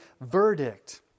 verdict